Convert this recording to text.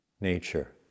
nature